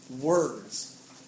words